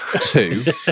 Two